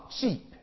cheap